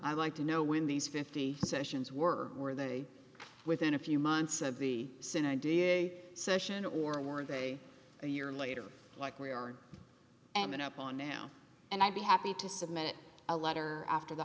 i'd like to know when these fifty sessions were were they within a few months of the senate da session or were they a year later like we are and then up on him and i'd be happy to submit a letter after the